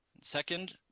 Second